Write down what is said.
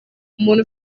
umuntu